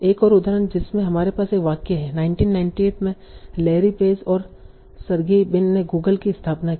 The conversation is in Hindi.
एक और उदाहरण जिसमे हमारे पास एक वाक्य है 1998 में लैरी पेज और सर्गेई ब्रिन ने गूगल की स्थापना की